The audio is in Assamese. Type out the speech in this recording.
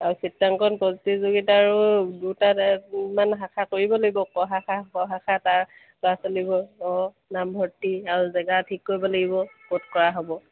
আৰু চিত্ৰাংকন প্ৰতিযোগিতাৰো দুটামান শাখা কৰিব লাগিব ক শাখা খ শাখা তাৰ ল'ৰা ছোৱালীবোৰ অঁ নামভৰ্তি আৰু জেগা ঠিক কৰিব লাগিব ক'ত কৰা হ'ব